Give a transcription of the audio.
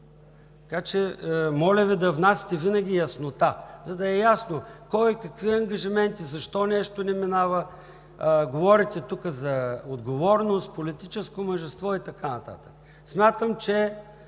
също. Моля Ви да внасяте винаги яснота, за да е ясно кой какви ангажименти има, защо нещо не минава, говорите за отговорност, политическо мъжество и така нататък. Смятам, че